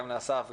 גם לאסף,